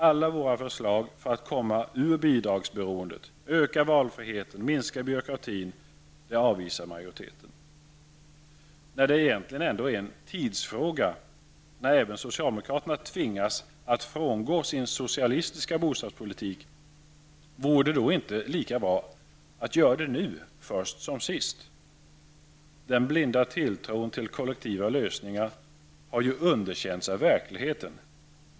Alla våra förslag för att komma ur bidragsberoendet, öka valfriheten och minska byråkratin avvisar majoriteten. När det egentligen ändå är en tidsfråga när även socialdemokraterna tvingas att frångå sin socialistiska bostadspolitik, vore det då inte lika bra att göra det nu först som sist? Den blinda tilltron till kollektiva lösningar har ju underkänts av verkligheten.